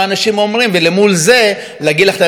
ולמול זה להגיד לך את הדאגה שלנו.